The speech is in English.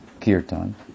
Kirtan